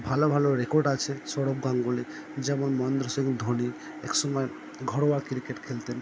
ভালো ভালো রেকর্ড আছে সৌরভ গাঙ্গুলি যেমন মহেন্দ্র সিং ধোনি এক সময় ঘরোয়া ক্রিকেট খেলতেন